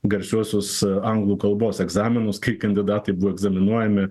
garsiuosius anglų kalbos egzaminus kai kandidatai buvo egzaminuojami